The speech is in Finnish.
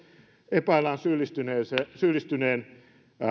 epäillään syyllistyneen